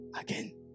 again